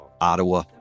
Ottawa